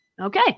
Okay